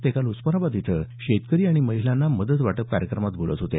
ते उस्मानाबाद इथं शेतकरी आणि महिलांना मदत वाटप कार्यक्रमात बोलत होते